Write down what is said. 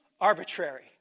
arbitrary